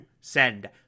send